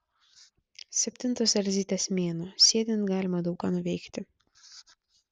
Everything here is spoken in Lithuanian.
septintas elzytės mėnuo sėdint galima daug ką nuveikti